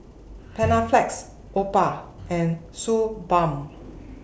Panaflex Oppo and Suu Balm